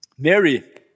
Mary